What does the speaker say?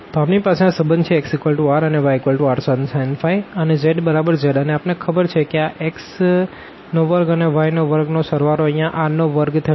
તો આપણી પાસે આ સંબંધ છે xr અને yrsin અને zzઅને આપણને ખબર છે કે આ x નો વર્ગ અને y નો વર્ગ નો સળવાળો અહિયાં r નો વર્ગ થશે